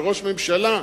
כראש הממשלה,